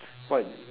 what